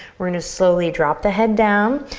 we're gonna slowly drop the head down,